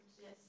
yes